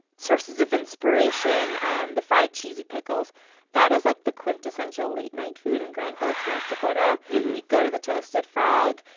sources of inspiration. um the fried cheesy pickles that is like the quintessential late-night food in grand forks, north dakota. you go to the toasted frog,